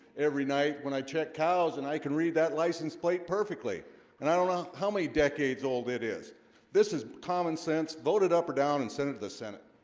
every night when i check cows and i can read that license plate perfectly and i don't know how many decades old it is this is common sense voted up or down and sent it to the senate